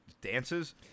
dances